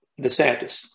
DeSantis